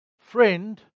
friend